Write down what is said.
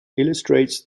illustrates